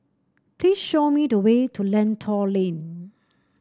please show me the way to Lentor Lane